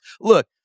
Look